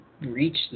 reach